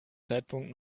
zeitpunkt